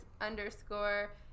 underscore